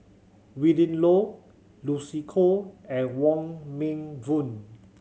Willin Low Lucy Koh and Wong Meng Voon